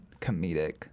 comedic